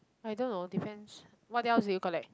I don't know depends what else did you collect